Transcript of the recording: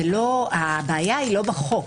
הבעיה היא לא בחוק.